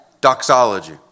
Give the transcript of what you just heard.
doxology